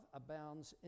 abounds